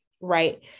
Right